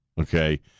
okay